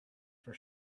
for